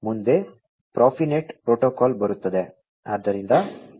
ಮುಂದೆ Profinet protocol ಬರುತ್ತದೆ